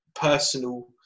personal